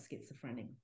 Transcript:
schizophrenic